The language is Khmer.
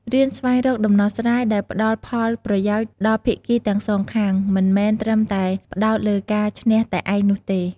រៀនស្វែងរកដំណោះស្រាយដែលផ្តល់ផលប្រយោជន៍ដល់ភាគីទាំងសងខាង មិនមែនត្រឹមតែផ្តោតលើការឈ្នះតែឯងនោះទេ។